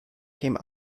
came